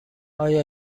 آیا